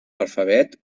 alfabet